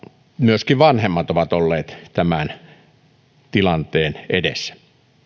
myöskin vanhemmat ovat olleet tämän tilanteen edessä